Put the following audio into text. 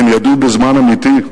הם ידעו בזמן אמיתי.